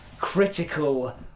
critical